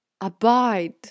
abide